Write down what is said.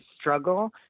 struggle